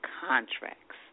contracts